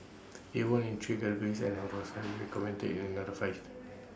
IT won in three categories and commended in another five